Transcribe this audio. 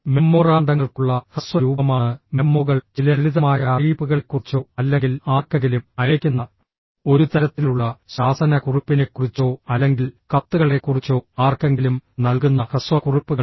മെമ്മോറാണ്ടങ്ങൾക്കുള്ള ഹ്രസ്വ രൂപമാണ് മെമ്മോകൾ ചില ലളിതമായ അറിയിപ്പുകളെക്കുറിച്ചോ അല്ലെങ്കിൽ ആർക്കെങ്കിലും അയയ്ക്കുന്ന ഒരു തരത്തിലുള്ള ശാസന കുറിപ്പിനെക്കുറിച്ചോ അല്ലെങ്കിൽ കത്തുകളെക്കുറിച്ചോ ആർക്കെങ്കിലും നൽകുന്ന ഹ്രസ്വ കുറിപ്പുകൾ